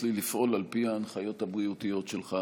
לי לפעול על פי ההנחיות הבריאותיות שלך.